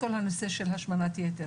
כל הנושא של השמנת יתר.